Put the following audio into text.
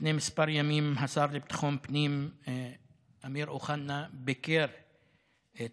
לפני כמה ימים השר לביטחון פנים אמיר אוחנה ביקר את